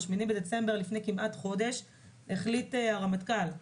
ב-8 בדצמבר, לפני כמעט חודש, החליט הרמטכ"ל,